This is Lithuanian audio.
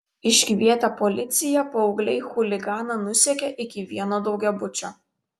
iškvietę policiją paaugliai chuliganą nusekė iki vieno daugiabučio